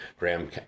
Graham